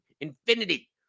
infinity